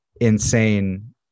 insane